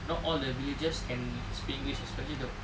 not all the villagers can speak english especially the